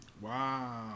Wow